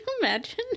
imagine